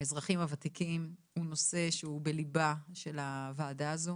האזרחים הוותיקים הוא נושא שהוא בליבה של הועדה הזו,